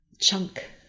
chunk